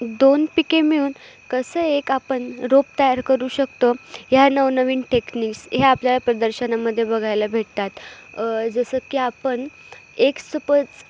दोन पिके मिळून कसं एक आपण रोप तयार करू शकतो ह्या नवनवीन टेक्निक्स हे आपल्याला प्रदर्शनामध्ये बघायला भेटतात जसं की आपण एक सपोज